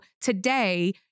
today